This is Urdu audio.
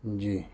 جی